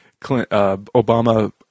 Obama